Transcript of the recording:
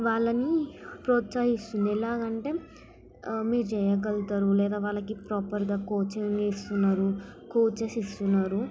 వాళ్ళని ప్రోత్సహిస్తుంది ఎలాగ అంటే మీరు చెయ్యగలుతారు లేదా వాళ్ళకి ప్రోపర్గా కోచింగ్ ఇస్తున్నారు కోచెస్ ఇస్తున్నారు